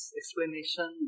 explanation